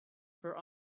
for